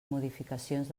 modificacions